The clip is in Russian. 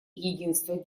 единство